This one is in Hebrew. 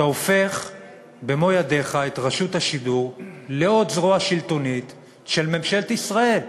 אתה הופך במו-ידיך את רשות השידור לעוד זרוע שלטונית של ממשלת ישראל.